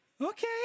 okay